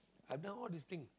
i done all this thing